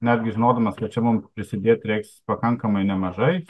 netgi žinodamas kad čia mum prisidėt reiks pakankamai nemažai